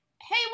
Hey